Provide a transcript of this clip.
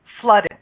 flooded